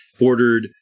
ordered